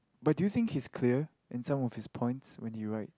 but do you think he's clear in some of his points when you write